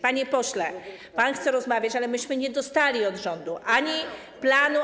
Panie pośle, pan chce rozmawiać, ale myśmy nie dostali od rządu ani planu.